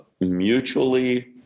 mutually